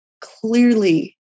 clearly